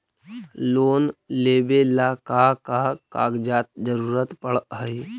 Loan लेवेला का का कागजात जरूरत पड़ हइ?